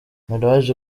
miraj